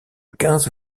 quinze